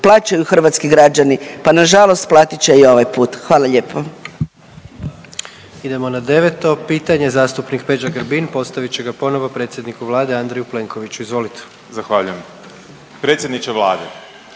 plaćaju hrvatski građani, pa nažalost platit će i ovaj put, hvala lijepo.